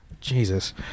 Jesus